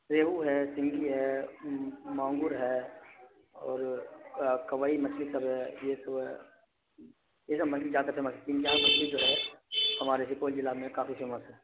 ریہو ہے سنگی ہے مانگور ہے اور کوائی مچھلی سب ہے یہ سب ہے یہ سب مچھلی جیادہ فیمس ہے تین چار مچھلی جو ہے ہمارے سپول ضلع میں کافی فیمس ہے